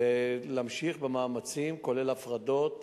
להמשיך במאמצים, כולל הפרדות,